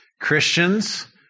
Christians